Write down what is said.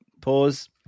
pause